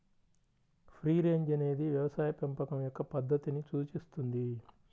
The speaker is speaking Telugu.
ఫ్రీ రేంజ్ అనేది వ్యవసాయ పెంపకం యొక్క పద్ధతిని సూచిస్తుంది